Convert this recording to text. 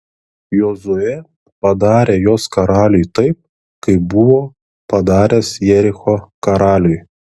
jozuė padarė jos karaliui taip kaip buvo padaręs jericho karaliui